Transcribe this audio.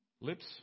lips